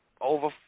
over